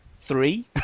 three